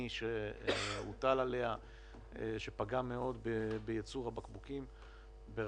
שהוטל עליה שפגע מאוד בייצור הבקבוקים.